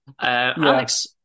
Alex